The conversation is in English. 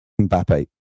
Mbappe